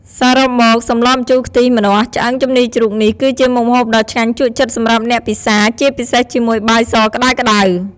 សរុបមក សម្លម្ជូរខ្ទិះម្នាស់ឆ្អឹងជំនីរជ្រូកនេះ គឺជាមុខម្ហូបដ៏ឆ្ងាញ់ជក់ចិត្តសម្រាប់អ្នកពិសា ជាពិសេសជាមួយបាយសក្តៅៗ។